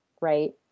right